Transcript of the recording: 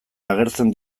agertzen